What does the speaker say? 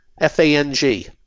f-a-n-g